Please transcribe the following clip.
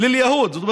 (אומר בערבית: הקרן הלאומית ליהודים,) זאת אומרת,